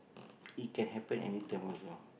it can happen anytime also